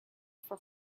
for